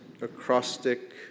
acrostic